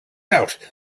out